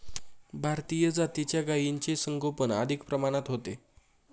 भारतीय जातीच्या गायींचे संगोपन अधिक प्रमाणात होते